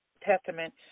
Testament